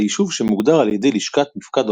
אלא יישוב שמוגדר על ידי לשכת מפקד